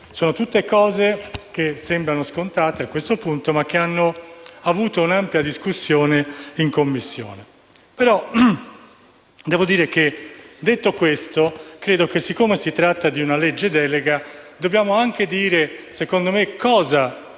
Sono tutte cose che sembrano scontate a questo punto, ma che hanno avuto un'ampia discussione in Commissione. Detto questo, credo che, siccome si tratta di una legge delega, dobbiamo anche dire cosa